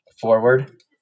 forward